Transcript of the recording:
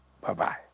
Bye-bye